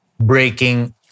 breaking